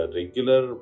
regular